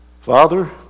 Father